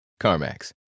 CarMax